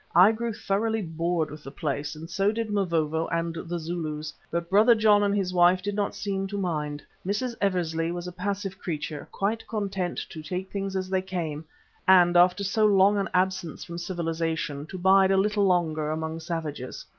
i grew thoroughly bored with the place and so did mavovo and the zulus, but brother john and his wife did not seem to mind. mrs. eversley was a passive creature, quite content to take things as they came and after so long an absence from civilization, to bide a little longer among savages.